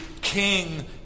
King